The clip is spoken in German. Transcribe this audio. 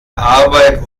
arbeit